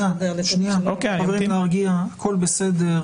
חברים, להרגיע, הכל בסדר.